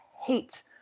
hate